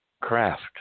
craft